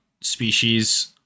species